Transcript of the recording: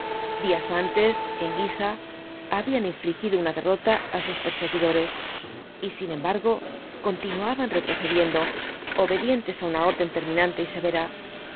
días antes en guisa habían infligido una derrota á sus perseguidores y sin embargo continuaban retrocediendo obedientes á una orden terminante y severa